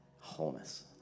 Wholeness